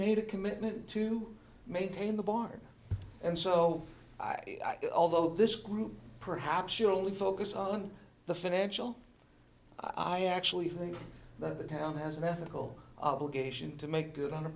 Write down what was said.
made a commitment to maintain the bar and so although this group perhaps you only focus on the financial i actually think the town has an ethical obligation to make good on